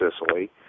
Sicily